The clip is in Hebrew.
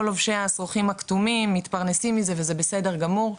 כל לובשי השרוכים הכתומים מתפרנסים מזה וזה בסדר גמור.